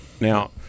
Now